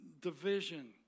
Division